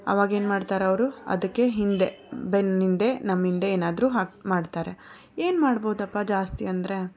ಆವಾಗ ಏನು ಮಾಡ್ತಾರೆ ಅವರು ಅದಕ್ಕೆ ಹಿಂದೆ ಬೆನ್ನಿಂದೆ ನಮ್ಮ ಹಿಂದೆ ಏನಾದರೂ ಹಾ ಮಾಡ್ತಾರೆ ಏನು ಮಾಡ್ಬೋದಪ್ಪ ಜಾಸ್ತಿ ಅಂದರೆ